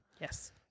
Yes